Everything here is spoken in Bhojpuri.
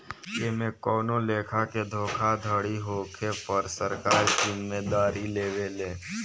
एमे कवनो लेखा के धोखाधड़ी होखे पर सरकार जिम्मेदारी लेवे ले